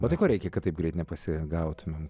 o tai ko reikia kad taip greit nepasigautumėm